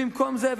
במקום זה,